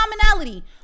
commonality